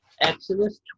Exodus